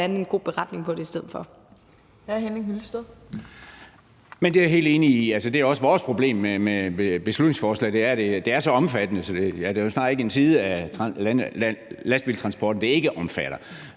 Det er også vores problem med beslutningsforslaget, for det er så omfattende, at der snart ikke er en side af lastbiltransporten,